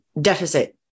deficit